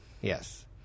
Yes